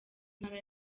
ntara